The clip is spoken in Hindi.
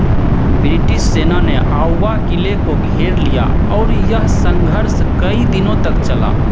ब्रिटिस सेना ने आउवा किले को घेर लिया और यह संघर्ष कई दिनों तक चला